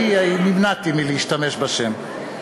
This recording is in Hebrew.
אני נמנעתי מלהשתמש בשם.